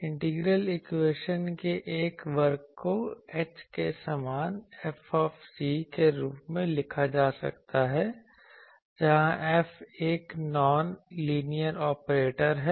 integral equation के एक वर्ग को h के समान F के रूप में लिखा जा सकता है जहां F एक नोन लीनियर ऑपरेटर है